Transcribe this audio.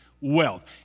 wealth